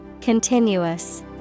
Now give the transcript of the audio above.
Continuous